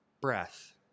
breath